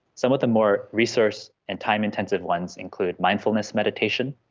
some of the more resource and time intensive ones include mindfulness meditation,